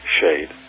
shade